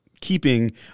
keeping